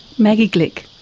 maggie glick.